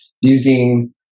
using